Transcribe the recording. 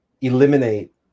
eliminate